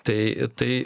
tai tai